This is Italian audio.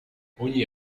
ogni